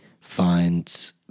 find